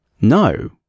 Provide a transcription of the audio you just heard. No